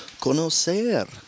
Conocer